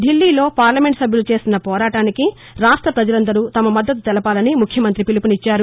ఢిల్లీలో పార్లమెంట్ సభ్యులు చేస్తున్న పోరాటానికి రాష్ట ప్రజలందరూ తమ మద్దతు తెలపాలని ముఖ్యమంత్రి పిలుపునిచ్చారు